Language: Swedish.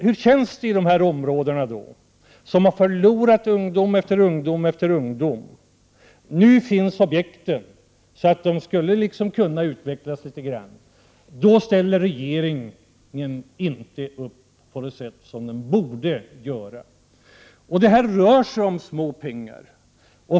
Hur känns det inom dessa områden som har förlorat ungdomar efter ungdomar? Nu finns objekten så att de skulle kunna utveckla sig. Men då ställer inte regeringen upp på det sätt som den borde göra. Det här rör sig om små pengar.